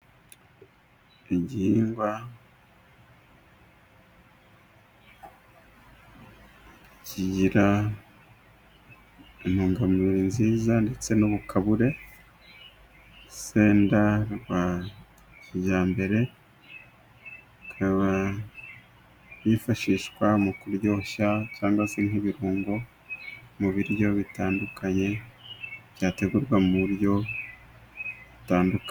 Igihingwa kigira intungamubiri nziza ndetse n'ubukabure, senda rwa kijyambere kaba bifashishwa mu kuryoshya cyangwa se nk'ibirungo mu biryo bitandukanye byategurwa mu buryo butanduka...